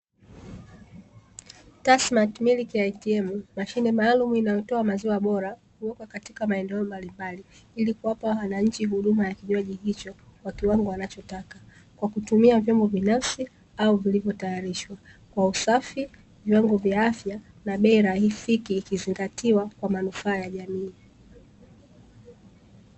TASSMATT MILK ATM Mashine maalumu inayotoa maziwa bora, huwekwa katika maeneo mbalimbali ili kuwapa wananchi huduma ya kinywaji hicho kwa kiwango wanachotaka kwa kutumia vyombo binafsi au vilivyo tayarishwa kwa usafi viwango vya afya na bei rahisi ikizingatiwa kwa manufaa ya jamii.